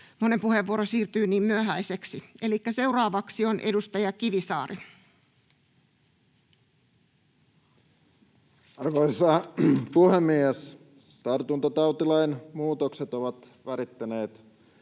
monen puheenvuoro siirtyy niin myöhäiseksi. — Elikkä seuraavaksi on edustaja Kivisaari. Arvoisa puhemies! Tartuntatautilain muutokset ovat värittäneet